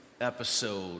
episode